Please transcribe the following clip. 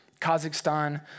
Kazakhstan